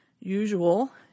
usual